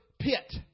pit